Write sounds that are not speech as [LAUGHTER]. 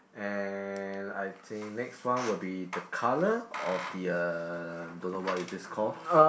and I think next one will be the colour of the uh don't know what is this call [LAUGHS]